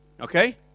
Okay